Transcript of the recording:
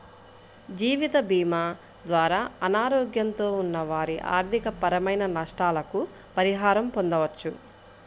జీవితభీమా ద్వారా అనారోగ్యంతో ఉన్న వారి ఆర్థికపరమైన నష్టాలకు పరిహారం పొందవచ్చు